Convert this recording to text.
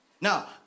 Now